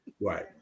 Right